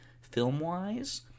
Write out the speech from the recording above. film-wise